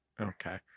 Okay